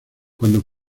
cuando